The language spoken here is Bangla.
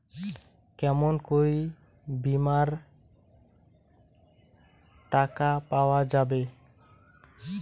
কেমন করি বীমার টাকা পাওয়া যাবে?